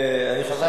אני חושבת